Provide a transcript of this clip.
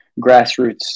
grassroots